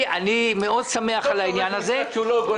מאוד שמח על העניין הזה.